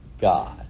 God